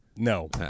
No